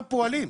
הפועלים?